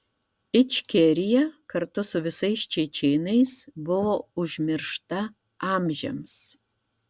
ičkerija kartu su visais čečėnais buvo užmiršta amžiams